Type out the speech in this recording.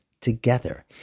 together